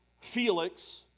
felix